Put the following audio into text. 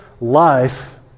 life